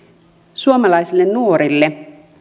suomalaisille nuorille